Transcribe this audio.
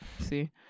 See